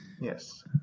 yes